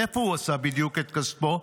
מאיפה הוא עשה בדיוק את כספו?